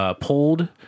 pulled